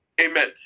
Amen